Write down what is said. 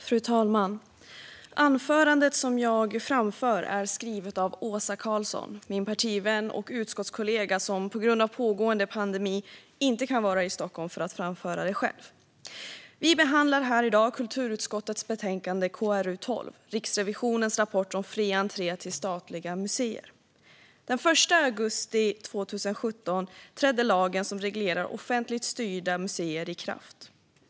Fru talman! Anförandet som jag framför är skrivet av min partivän och utskottskollega Åsa Karlsson, som på grund av pågående pandemi inte kan vara i Stockholm för att framföra det själv. Vi behandlar här i dag kulturutskottets betänkande KrU12 Riksrevi sionens rapport om fri entré till statliga museer . Den 1 augusti 2017 trädde lagen som reglerar offentligt styrda museer i kraft.